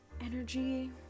energy